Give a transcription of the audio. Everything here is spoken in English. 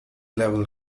level